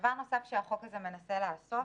דבר נוסף שהחוק הזה מנסה לעשות,